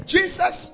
Jesus